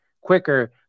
quicker